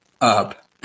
up